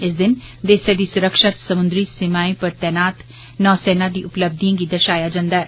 इस दिन देश दी सुरक्षा च समुन्द्री सीमाएं उप्पर तैनात नौसेना दी उपलब्धिए गी दर्शाया जंदा ऐ